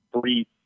three